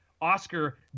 Oscar